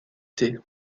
thé